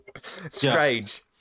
Strange